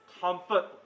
comfort